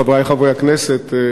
חברי חברי הכנסת,